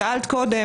שאלת קודם,